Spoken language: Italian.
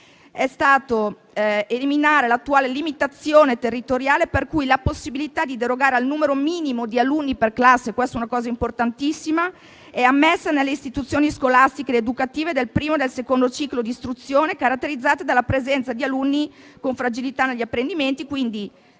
è stata l'eliminazione dell'attuale limitazione territoriale, per cui la possibilità di derogare al numero minimo di alunni per classe - questa è una cosa importantissima - è ammessa nelle istituzioni scolastiche ed educative del primo e del secondo ciclo di istruzione, caratterizzate dalla presenza di alunni con fragilità negli apprendimenti; quindi,